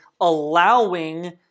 allowing